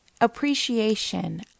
appreciation